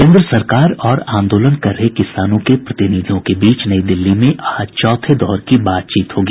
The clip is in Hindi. केन्द्र सरकार और आंदोलन कर रहे किसानों के प्रतिनिधियों के बीच नई दिल्ली में आज चौथे दौर की बातचीत होगी